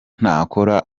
ntakora